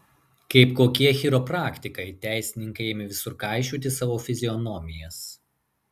kaip kokie chiropraktikai teisininkai ėmė visur kaišioti savo fizionomijas